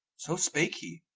so spake he,